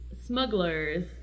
smugglers